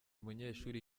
munyeshuri